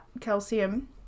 calcium